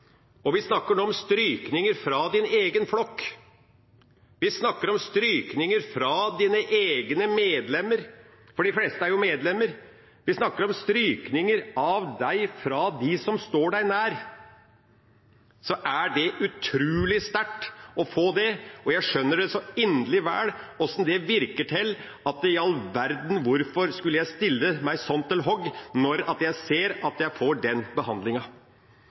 og vi snakker nå om strykninger fra egen flokk, vi snakker om strykninger fra egne medlemmer, for de fleste er jo medlemmer, vi snakker om strykninger fra dem som står en nær – er det utrolig sterkt å få. Jeg skjønner så inderlig vel hvordan det påvirker: Hvorfor i all verden skulle jeg stille meg så laglig til for hogg når jeg ser at jeg får